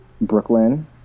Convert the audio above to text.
Brooklyn